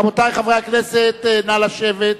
רבותי חברי הכנסת, נא לשבת.